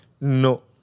No